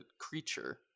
creature